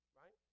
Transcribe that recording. right